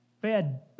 bad